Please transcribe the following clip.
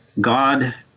God